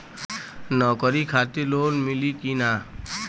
नौकरी खातिर लोन मिली की ना?